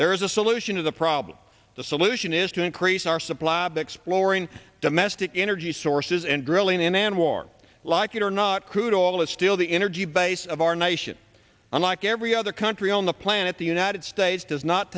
there is a solution to the problem the solution is to increase our supply be exploring domestic energy sources and drilling in anwar like it or not crude oil is still the energy base of our nation and like every other country on the planet the united states does not